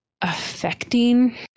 affecting